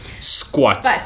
squat